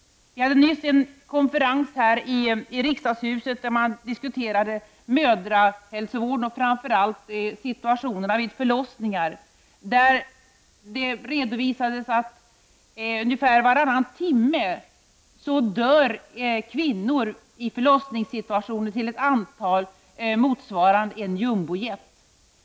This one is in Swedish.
Vi hade nyss en konferens här i riksdagshuset där man diskuterade mödrahälsovården, framför allt situationen vid förlossningar. Det redovisades att ungefär varannan timme dör kvinnor i förlossningssituationer till ett antal som motsvarar passagerarantalet i en jumbojet.